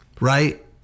right